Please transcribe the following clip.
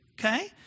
okay